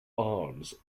arms